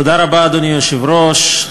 אדוני היושב-ראש,